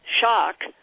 shock